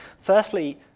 Firstly